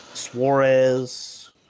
Suarez